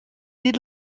dit